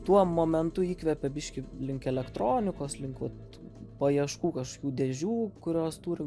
tuo momentu įkvepė biški link elektronikos link vat paieškų kažkokių dėžių kurios turi